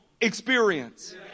experience